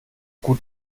gut